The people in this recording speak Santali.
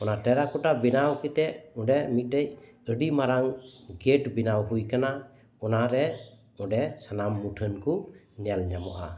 ᱚᱱᱟ ᱴᱮᱨᱟ ᱠᱚᱴᱟ ᱵᱮᱱᱟᱣ ᱠᱟᱛᱮ ᱚᱸᱰᱮ ᱢᱤᱫ ᱴᱮᱱ ᱟᱹᱰᱤ ᱢᱟᱨᱟᱝ ᱜᱮᱹᱴ ᱵᱮᱱᱟᱣ ᱦᱳᱭ ᱟᱠᱟᱱᱟ ᱚᱱᱟᱨᱮ ᱚᱰᱮ ᱥᱟᱱᱟᱢ ᱢᱩᱴᱷᱟᱹᱱ ᱠᱩ ᱧᱮᱞ ᱧᱟᱢᱚᱜᱼᱟ